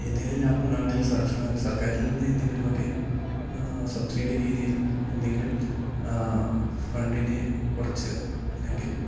എന്തെങ്കിലും ലാഭം ഉണ്ടാകണേൽ സർക്കാരിൽ നിന്ന് എന്തെങ്കിലുമൊക്കെ സബ്സിഡി രീതിയിൽ എന്തെങ്കിലും ഫണ്ടിനെ കുറച്ച് അല്ലെങ്കിൽ